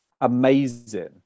amazing